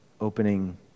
opening